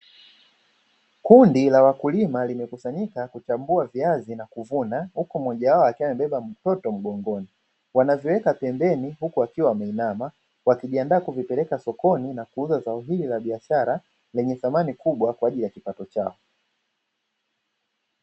Kundi la wakulima limekusanyika kuchambua viazi na kuvuna, huku mmoja wapo akiwa amebeba mtoto mgongoni. Wanaviweka pembeni huku wakiwa wameinama wakijiandaa kuvipeleke sokoni na kuuza zao hili lenye biashara lenye thamani kubwa kwaajili ya kipato chao.